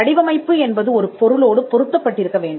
வடிவமைப்பு என்பது ஒரு பொருளோடு பொருத்தப்பட்டிருக்க வேண்டும்